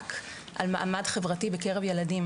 ממאבק על מעמד חברתי בקרב ילדים.